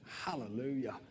hallelujah